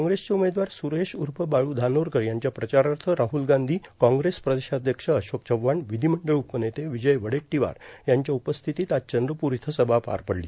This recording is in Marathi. काँग्रेसचे उमेदवार सुरेश उर्फ बाळू धानोरकर यांच्या प्रचारार्थ राहुल गांधी काँग्रेस प्रदेशाध्यक्ष अशोक चव्हाण विधीमंडळ उपनेते विजय वडेट्टिवार यांच्या उपस्थितीत आज चंद्रपूर इथं सभा पार पडली